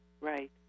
Right